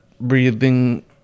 breathing